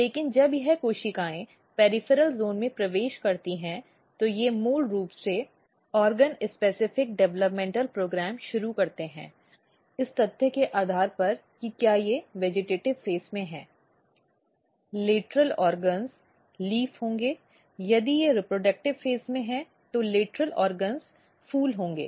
लेकिन जब यह कोशिकाएं पेरिफेरल ज़ोन में प्रवेश करती हैं तो वे मूल रूप से अंग विशिष्ट विकासात्मक कार्यक्रम शुरू करते हैं इस तथ्य के आधार पर कि क्या वे वेजिटेटिव़ चरण में हैं लेटरल अंग पत्ती होंगे यदि वे प्रजनन चरण में हैं तो लेटरल अंग फूल होंगे